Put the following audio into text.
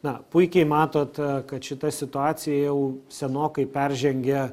na puikiai matot kad šita situacija jau senokai peržengė